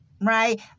right